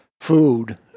food